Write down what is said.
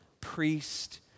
priest